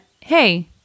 hey